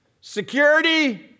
Security